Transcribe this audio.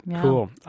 Cool